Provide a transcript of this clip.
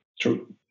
True